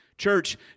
Church